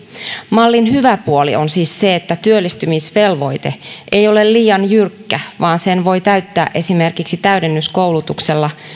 mallin hyvä puoli on siis se että työllistymisvelvoite ei ole liian jyrkkä vaan sen voi täyttää esimerkiksi täydennyskoulutuksella